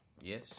Yes